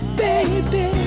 baby